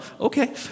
Okay